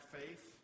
faith